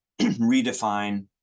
redefine